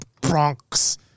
Bronx